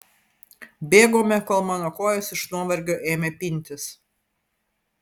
bėgome kol mano kojos iš nuovargio ėmė pintis